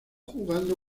jugando